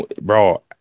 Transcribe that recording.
bro